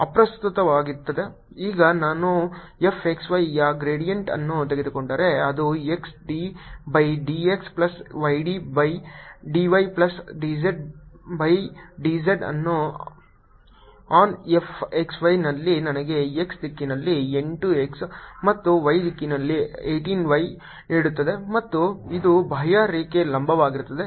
ಈಗ ನಾನು fxy ಯ ಗ್ರೇಡಿಯಂಟ್ ಅನ್ನು ತೆಗೆದುಕೊಂಡರೆ ಅದು xd by dx plus yd by dy plus dz by dz on fxy ನಲ್ಲಿ ನನಗೆ x ದಿಕ್ಕಿನಲ್ಲಿ 8 x ಮತ್ತು y ದಿಕ್ಕಿನಲ್ಲಿ 18 y ನೀಡುತ್ತದೆ ಮತ್ತು ಇದು ಬಾಹ್ಯರೇಖೆ ಲಂಬವಾಗಿರುತ್ತದೆ